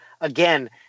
again